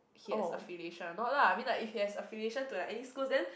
he has affiliation or not lah I mean like if he has affiliation to any school then